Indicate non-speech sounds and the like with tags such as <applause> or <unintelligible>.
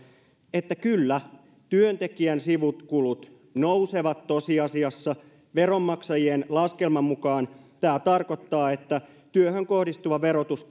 että kyllä työntekijän sivukulut tosiasiassa nousevat veronmaksajien laskelman mukaan tämä tarkoittaa että työhön kohdistuva verotus <unintelligible>